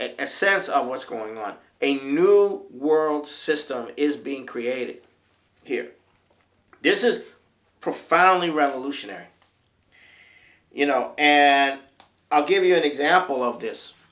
sense of what's going on a new world system is being created here this is profoundly revolutionary you know and i'll give you an example of this